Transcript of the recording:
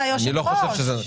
אתה היושב ראש.